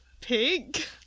Pink